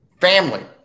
family